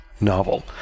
novel